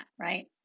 right